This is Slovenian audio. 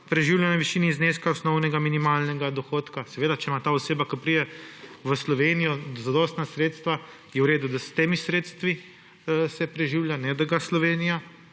preživljanje v višini zneska osnovnega minimalnega dohodka, če ima ta oseba, ki pride v Slovenijo, zadostna sredstva, je v redu, da se s temi sredstvi preživlja, ne da ga Slovenija.